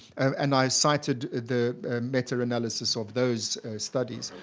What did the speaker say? and i cited the meta-analysis of those studies.